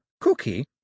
Cookie